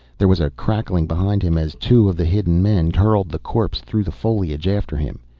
there was a crackling behind him as two of the hidden men hurled the corpse through the foliage after him.